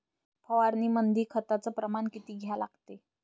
फवारनीमंदी खताचं प्रमान किती घ्या लागते?